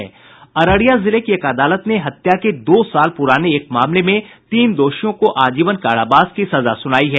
अररिया जिले की एक अदालत ने हत्या के दो साल पुराने एक मामले में तीन दोषियों को आजीवन कारावास की सजा सुनायी है